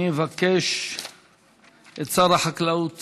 אני אבקש את שר החקלאות